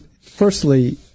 firstly